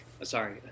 Sorry